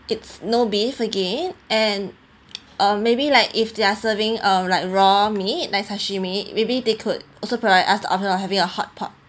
it's no beef again and uh maybe like if they're serving uh like raw meat like sashimi maybe they could also provide us the option or having a hotpot